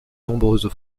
nombreuses